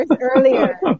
earlier